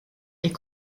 est